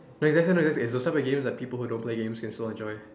no some of the games that people who don't play games can still enjoy